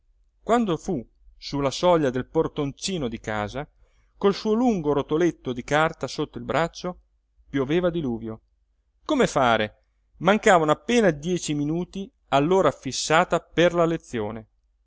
quando fu su la soglia del portoncino di casa col suo lungo rotoletto di carta sotto il braccio pioveva a diluvio come fare mancavano appena dieci minuti all'ora fissata per la lezione